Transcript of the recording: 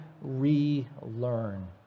relearn